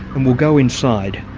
and we'll go inside.